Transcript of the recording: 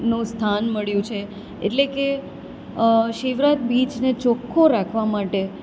નું સ્થાન મળ્યું છે એટલે કે શિવરાજ બીચને ચોખ્ખો રાખવા માટે